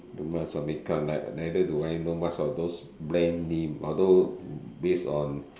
do much of makeup neither do I know much of those brand name although based on